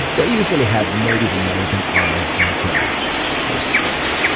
they usually have native american arts and crafts for sale.